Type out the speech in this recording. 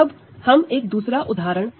अब हम एक दूसरा उदाहरण देखेंगे